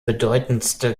bedeutendste